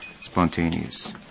spontaneous